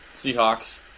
Seahawks